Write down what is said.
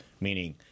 meaning –